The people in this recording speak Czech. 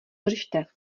držte